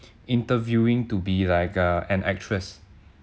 interviewing to be like uh an actress